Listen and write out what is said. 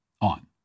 on